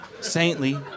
saintly